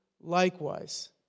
likewise